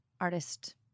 artist